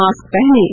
mask पहनें